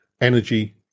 energy